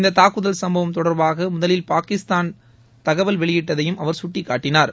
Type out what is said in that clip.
இந்தத் தாக்குதல் சும்பவம் தொடர்பாக முதலில் பாகிஸ்தான் தகவல் வெளியிட்டதையும் அவர் சுட்டிக்காட்டினார்